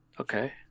Okay